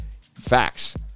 facts